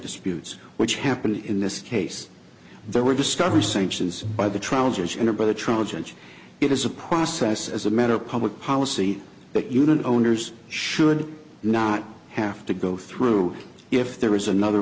disputes which happened in this case there were discovery sanctions by the trousers and by the trial judge it is a process as a matter of public policy that you don't owners should not have to go through if there is another